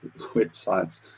websites